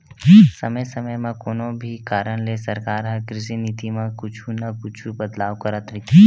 समे समे म कोनो भी कारन ले सरकार ह कृषि नीति म कुछु न कुछु बदलाव करत रहिथे